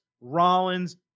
Rollins